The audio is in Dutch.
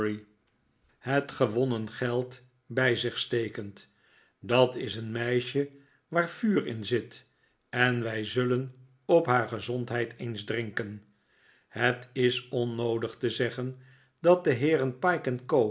het gewonnen geld bij zich stekend dat is een meisje waar vuur in zit en wij zullen op haar gezondheid eens drinken het is onnoodig te zeggen dat de heeren pyke en